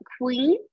Queen